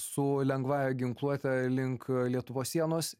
su lengvąja ginkluote link lietuvos sienos